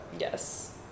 Yes